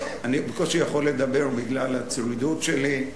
אני בקושי יכול לדבר בגלל הצרידות שלי,